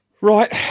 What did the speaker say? Right